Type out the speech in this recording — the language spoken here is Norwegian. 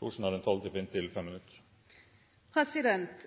Jeg